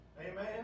Amen